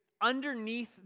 underneath